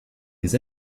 des